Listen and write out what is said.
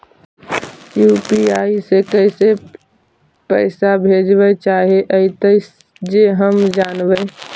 UPI से कैसे पैसा भेजबय चाहें अइतय जे हम जानबय?